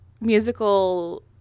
musical